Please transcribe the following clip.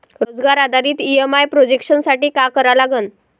रोजगार आधारित EMI projection साठी का करा लागन?